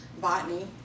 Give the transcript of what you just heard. botany